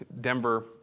Denver